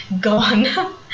gone